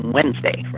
Wednesday